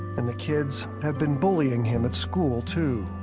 and the kids have been bullying him at school, too.